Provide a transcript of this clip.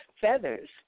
Feathers